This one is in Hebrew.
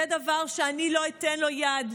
זה דבר שאני לא אתן לו יד.